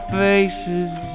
faces